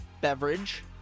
beverage